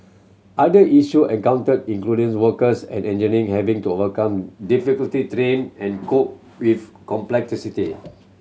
other issue encountered includes workers and engineer having to overcome difficult terrain and cope with complexity